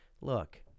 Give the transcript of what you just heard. Look